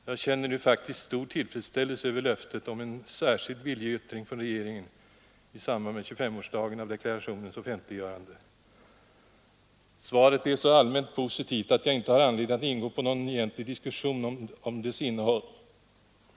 Jag känner nu faktiskt stor tillfredsställelse över löftet om en särskild viljeyttring från regeringen i samband med 25-årsdagen av deklarationens offentliggörande. Svaret är så allmänt positivt att jag inte har anledning att ingå på någon egentlig diskussion om dess innehåll.